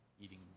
eating